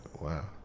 Wow